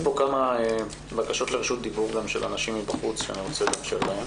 יש פה כמה בקשות לרשות דיבור גם של אנשים מבחוץ שאני רוצה לאפשר להם.